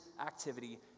activity